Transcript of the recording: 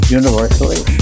universally